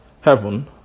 heaven